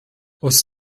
aus